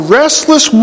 restless